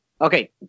okay